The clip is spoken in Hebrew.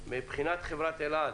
מבחינת חברת אל על,